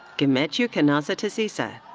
gemechu kenassa tassissa.